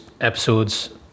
episodes